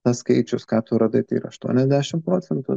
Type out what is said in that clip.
tas skaičius ką tu radai tai yra aštuoniasdešim procentų